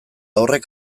horrek